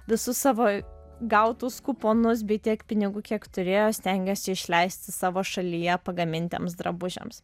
visus savo gautus kuponus bei tiek pinigų kiek turėjo stengėsi išleisti savo šalyje pagamintiems drabužiams